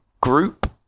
group